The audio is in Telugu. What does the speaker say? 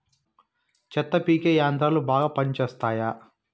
చెత్త పీకే యంత్రాలు బాగా పనిచేస్తాయా?